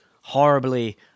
horribly